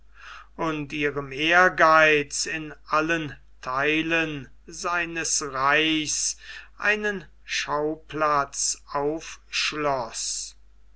und ihrem ehrgeize in allen theilen seines reichs einen schauplatz aufschloß